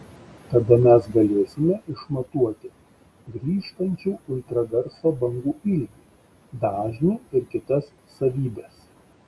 tada mes galėsime išmatuoti grįžtančių ultragarso bangų ilgį dažnį ir kitas savybes